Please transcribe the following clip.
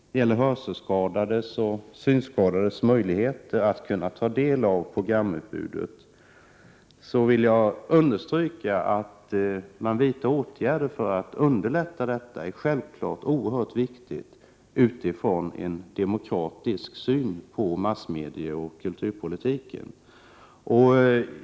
Med utgångspunkt i en demokratisk syn på massmedieoch kulturpolitiken är det självfallet oerhört viktigt att man vidtar åtgärder för att underlätta hörseloch synskadades möjligheter att ta del av programutbudet.